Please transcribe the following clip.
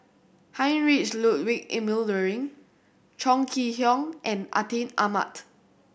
Heinrich Ludwig Emil Luering Chong Kee Hiong and Atin Amat